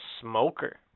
smoker